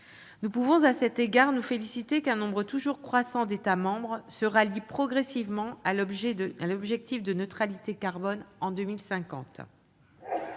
Nous pouvons à cet égard nous féliciter qu'un nombre toujours croissant d'États membres se rallie progressivement à l'objectif de neutralité carbone en 2050.